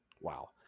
Wow